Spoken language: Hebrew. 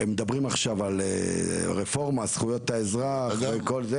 מדברים עכשיו על רפורמה, זכויות האזרח וכל זה